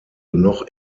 noch